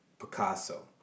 Picasso